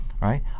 right